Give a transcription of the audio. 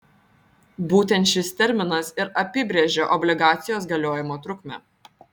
būtent šis terminas ir apibrėžia obligacijos galiojimo trukmę